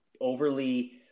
overly